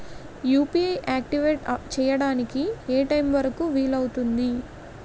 UPI activate చెయ్యడానికి ఏ time వరుకు వీలు అవుతుంది?